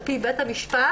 על פי בית המשפט,